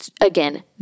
Again